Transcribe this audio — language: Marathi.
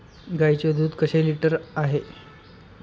गाईचे दूध कसे लिटर आहे?